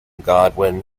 godwin